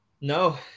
No